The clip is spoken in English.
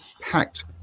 packed